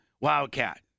Wildcat